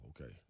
okay